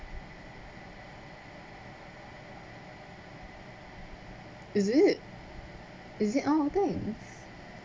is it is it !aww! thanks